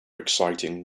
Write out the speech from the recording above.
exciting